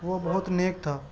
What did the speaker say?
وہ بہت نیک تھا